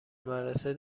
مدرسه